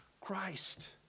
Christ